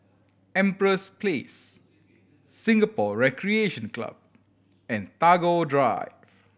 Empress Place Singapore Recreation Club and Tagore Drive